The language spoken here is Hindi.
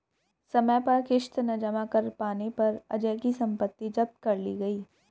समय पर किश्त न जमा कर पाने पर अजय की सम्पत्ति जब्त कर ली गई